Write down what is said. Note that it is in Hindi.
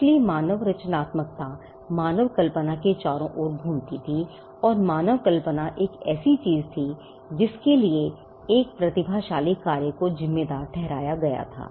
इसलिए मानव रचनात्मकता मानव कल्पना के चारों ओर घूमती थी और मानव कल्पना एक ऐसी चीज थी जिसके लिए एक प्रतिभाशाली कार्य को जिम्मेदार ठहराया गया था